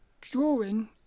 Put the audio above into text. Drawing